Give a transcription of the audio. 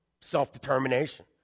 self-determination